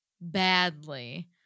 badly